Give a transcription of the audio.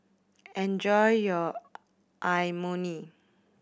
enjoy your Imoni